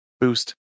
boost